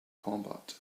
combat